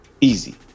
easy